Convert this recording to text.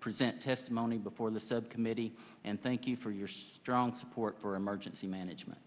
present testimony before the subcommittee and thing you for your strong support for emergency management